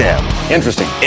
Interesting